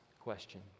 question